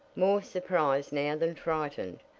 more surprised now than frightened,